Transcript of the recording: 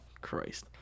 Christ